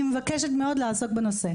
אני מבקשת מאוד לעסוק בנושא.